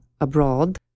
abroad